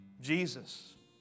Jesus